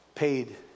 paid